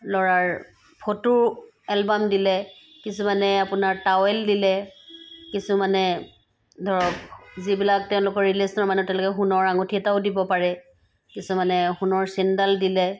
ল'ৰাৰ photo album দিলে কিছুমানে আপোনাৰ টাৱেল দিলে কিছুমানে ধৰক যিবিলাক তেওঁলোকৰ ৰিলেশ্যনৰ মানুহ তেওঁলোকে সোণৰ আঙঠি এটাও দিব পাৰে কিছুমানে সোণৰ চেইনডাল দিলে